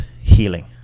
healing